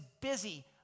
busy